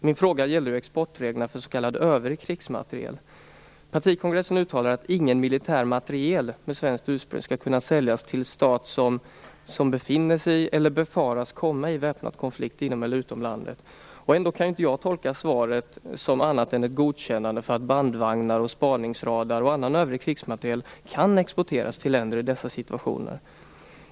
Min fråga gällde exportreglerna för s.k. övrig krigsmateriel. Partikongressen har uttalat att ingen militär materiel med svenskt ursprung skall kunna säljas till stat som befinner sig i eller befaras komma i väpnad konflikt inom eller utom landet. Ändå kan jag inte tolka svaret som annat än ett godkännande av att bandvagnar, spaningsradar och annan övrig krigsmateriel kan exporteras till länder i dessa situationer.